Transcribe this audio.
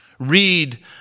Read